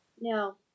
No